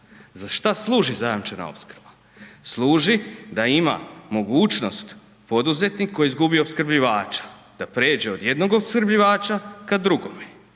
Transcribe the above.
Za šta služi zajamčena opskrba? Služi da ima mogućnost poduzetnik koji je izgubio opskrbljivača da pređe od jednog opskrbljivača ka drugome,